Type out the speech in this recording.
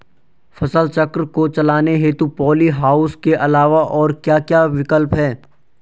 फसल चक्र को चलाने हेतु पॉली हाउस के अलावा और क्या क्या विकल्प हैं?